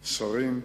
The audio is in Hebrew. שרים,